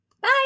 Bye